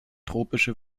tropische